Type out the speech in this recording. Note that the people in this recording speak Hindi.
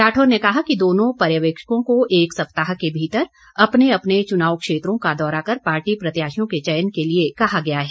राठौर ने कहा कि दोनों पर्यवेक्षकों को एक सप्ताह के भीतर अपने अपने चुनाव क्षेत्रों का दौरा कर पार्टी प्रत्याशियों के चयन के लिए कहा गया है